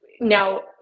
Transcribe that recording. now